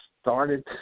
started –